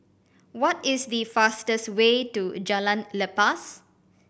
what is the fastest way to Jalan Lepas